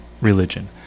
religion